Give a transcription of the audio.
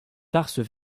tarses